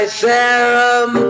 serum